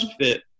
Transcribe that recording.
fit